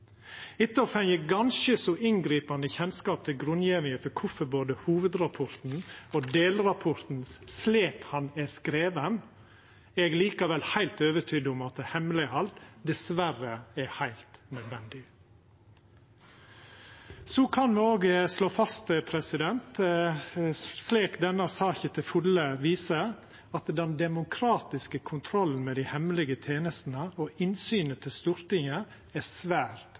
Etter å ha fått ganske så inngripande kjennskap til grunngjevinga for kvifor både hovudrapporten og delrapporten er skrivne slik dei er skrivne, er eg likevel heilt overtydd om at hemmeleghald dessverre er heilt nødvendig. Så kan ein òg slå fast, slik denne saka til fulle viser, at den demokratiske kontrollen med dei hemmelege tenestene, og innsynet til Stortinget, er svært